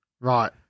Right